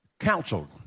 counseled